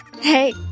Hey